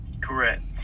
Correct